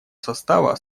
состава